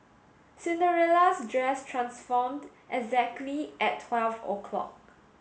Cinderella's dress transformed exactly at twelve o'clock